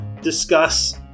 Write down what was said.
discuss